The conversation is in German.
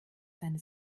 seine